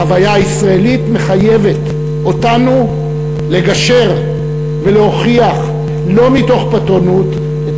החוויה הישראלית מחייבת אותנו לגשר ולהוכיח לא מתוך פטרונות את